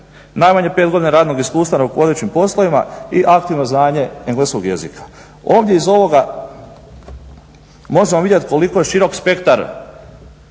najmanje pet godina radnog iskustva na rukovodećim poslovima i aktivno znanje engleskog jezika. Ovdje iz ovoga možemo vidjeti koliko je širok spektar